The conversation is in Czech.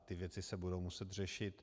Ty věci se budou muset řešit.